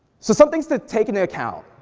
so some things to take into account,